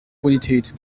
bonität